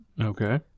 Okay